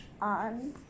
on